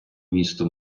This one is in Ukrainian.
місто